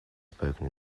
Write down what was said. spoken